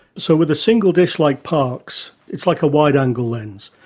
so with a single dish like parkes, it's like a wide-angle lens.